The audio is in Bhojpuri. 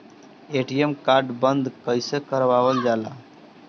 ए.टी.एम कार्ड बन्द कईसे करावल जाला?